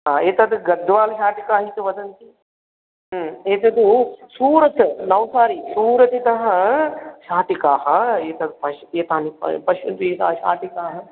एतत् गद्वालीशाटिकाः इति वदन्ति एतत्तु सूरत् नौसारी सूरत्तः शाटिकाः एतत् एतानि पश्यन्तु एताः शाटिकाः